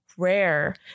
rare